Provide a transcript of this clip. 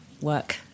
work